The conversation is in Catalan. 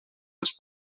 els